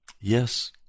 Yes